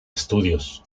estudios